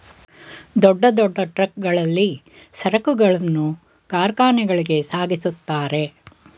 ದೊಡ್ಡ ದೊಡ್ಡ ಟ್ರಕ್ ಗಳಲ್ಲಿ ಸರಕುಗಳನ್ನು ಕಾರ್ಖಾನೆಗಳಿಗೆ ಸಾಗಿಸುತ್ತಾರೆ